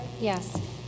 Yes